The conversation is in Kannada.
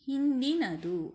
ಹಿಂದಿನದು